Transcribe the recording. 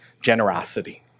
generosity